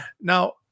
Now